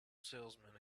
salesman